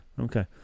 okay